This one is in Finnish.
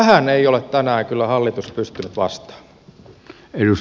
tähän ei ole tänään kyllä hallitus pystynyt vastaamaan